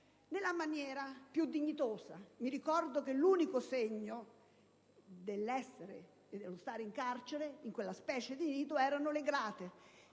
nella maniera più dignitosa. Mi ricordo che l'unico segno dello stare in carcere in quella specie di nido erano le grate.